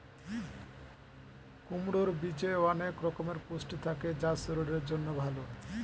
কুমড়োর বীজে অনেক রকমের পুষ্টি থাকে যা শরীরের জন্য ভালো